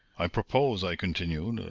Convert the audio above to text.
i propose, i continued,